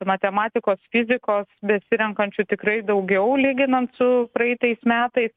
matematikos fiziko besirenkančių tikrai daugiau lyginant su praeitais metai